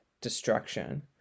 destruction